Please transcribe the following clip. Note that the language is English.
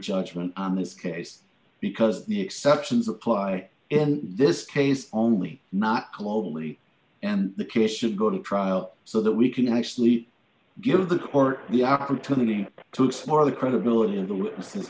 judgment in this case because the exceptions apply in this case only not globally and the case should go to trial so that we can actually give the court the opportunity to smore the credibility of the